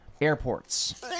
airports